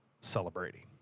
celebrating